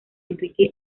enrique